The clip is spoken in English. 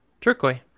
Turquoise